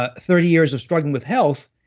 ah thirty years or struggling with health,